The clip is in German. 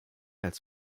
als